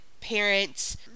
parents